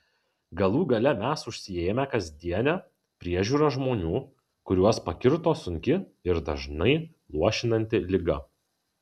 galų gale mes užsiėmę kasdiene priežiūra žmonių kuriuos pakirto sunki ir dažnai luošinanti liga